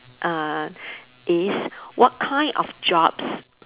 err is what kind of jobs